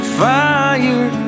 fire